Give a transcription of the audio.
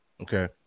Okay